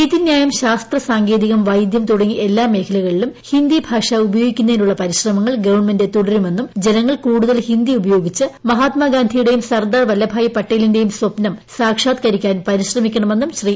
നീതിന്യായം ശാസ്ത്ര സാങ്കേതികം വൈദ്യം തുടങ്ങി എല്ലാ മേഖലകളിലും ഹിന്ദി ഭാഷ ഉപയോഗിക്കുന്നതിനുള്ള പരിശ്രമങ്ങൾ ഗവൺമെന്റ് തുടരുമെന്നും ജനങ്ങൾ കൂടുതൽ ഹിന്ദി ഉപയോഗിച്ച് മഹാത്മാഗാന്ധിയുടെയും സർദാർ വല്ലഭായി പട്ടേലിന്റെയും സ്ഥപ്നം സാഷാത്കരിക്കാൻ പരിശ്രമിക്കണമെന്നും ശ്രീ